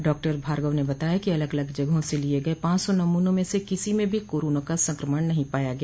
doctor Bhargav ने बताया कि अलग अलग जगहों से लिये गये पांच सौ नमूनों में से किसी में भी कोरोना का संक्रमण नहीं पाया गया